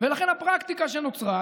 ולכן הפרקטיקה שנוצרה,